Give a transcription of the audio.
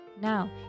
Now